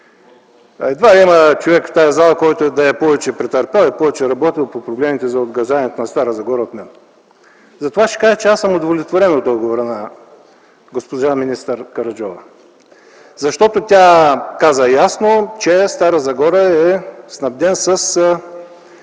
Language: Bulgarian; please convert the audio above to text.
Едва ли има човек в тази зала, който да е повече претърпял и да е повече работил по проблемите на обгазяването на Стара Загора от мен, затова ще кажа, че аз съм удовлетворен от отговора на госпожа министър Караджова, защото тя каза ясно, че Стара Загора е снабден с